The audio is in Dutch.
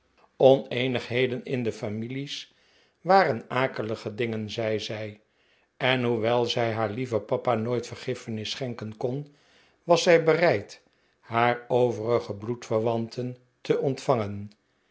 oneenigheden in families waren akelige dingen zei zij en hoewel zij haar lieven papa nooit vergiffenis schenken kon was zij bereid haar overige bloedverwanten te ontvangen